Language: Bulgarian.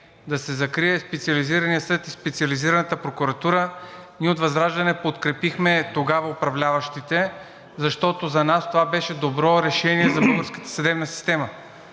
да се закрие Специализираният съд и Специализираната прокуратура, ние от ВЪЗРАЖДАНЕ подкрепихме тогава управляващите, защото за нас това беше доброто решение за